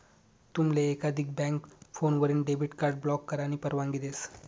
तुमले एकाधिक बँक फोनवरीन डेबिट कार्ड ब्लॉक करानी परवानगी देस